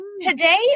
Today